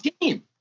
team